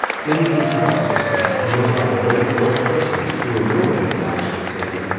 many things were also said, and those by a great number of persons, who were no way obliged to say them,